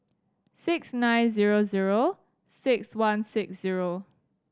six nine zero zero six one six zero